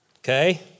okay